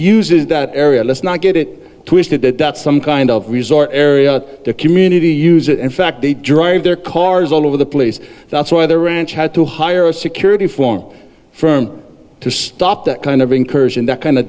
uses that area let's not get it twisted that that some kind of resort area community use it in fact they drive their cars all over the place that's why the ranch had to hire a security form firm to stop that kind of incursion that kind